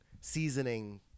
seasoning